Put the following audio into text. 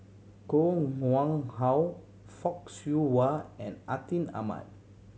Koh Nguang How Fock Siew Wah and Atin Amat